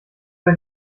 ein